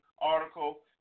article